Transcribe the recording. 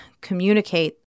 communicate